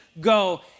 Go